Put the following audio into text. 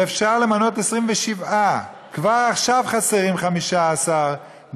אפשר למנות 27. כבר עכשיו חסרים 15 דיינים.